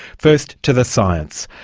first to the science.